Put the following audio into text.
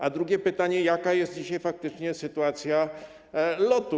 A drugie pytanie brzmi: Jaka jest dzisiaj faktyczna sytuacja LOT-u?